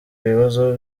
ibibazo